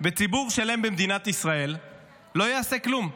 וציבור שלם במדינת ישראל לא יעשה כלום.